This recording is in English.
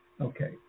Okay